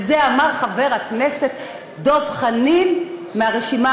ואת זה אמר חבר הכנסת דב חנין מהרשימה